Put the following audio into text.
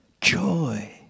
Joy